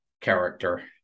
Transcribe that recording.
character